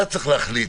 אתה צריך להחליט,